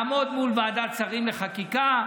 לעמוד מול ועדת שרים לחקיקה.